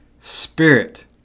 Spirit